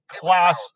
class